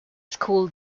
school